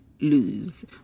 lose